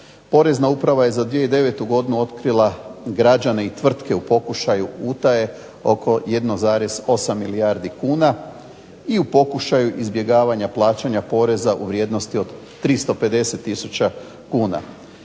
Porezna uprava je za 2009. godinu otkrila građane i tvrtke u pokušaju utaje oko 1,8 milijardi kuna i u pokušaju izbjegavanja plaćanja poreza u vrijednosti od 350 tisuća kuna.